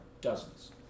dozens